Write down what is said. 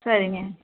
சரிங்க